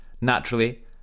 Naturally